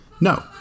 No